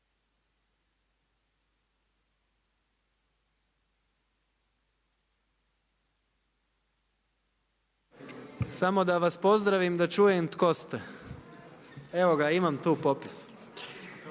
Samo da vas pozdravim, da čujem tko ste, evo ga imam tu popis.